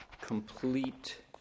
complete